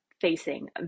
facing